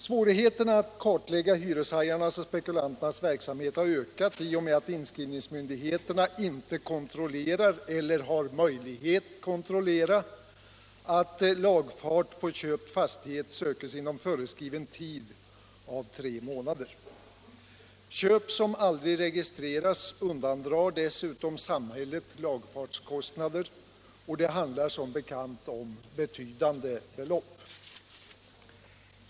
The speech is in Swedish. Svårigheten att kartlägga hyreshajarnas och spekulanternas verksamhet har ökat i och med att inskrivningsmyndigheterna inte kontrollerar — eller har möjlighet att kontrollera — att lagfart på köpt fastighet sökes inom föreskriven tid av tre månader. Köp som aldrig registreras undandrar dessutom samhället lagfartskostnader, och det handlar som bekant om betydande belopp.